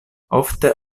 ofte